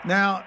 Now